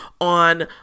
on